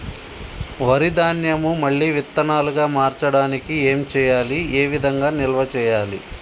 వరి ధాన్యము మళ్ళీ విత్తనాలు గా మార్చడానికి ఏం చేయాలి ఏ విధంగా నిల్వ చేయాలి?